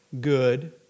good